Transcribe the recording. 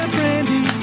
Brandy